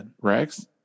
Rex